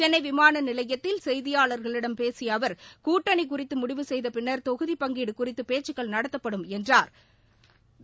கென்ளை விமான நிலையத்தில் செய்தியாளா்களிடம் பேசிய அவா் கூட்டணி குறித்து முடிவு செய்த பிள்னா் தொகுதி பங்கீடு குறித்து பேச்சுக்கள் நடத்தப்படும் என்றாா்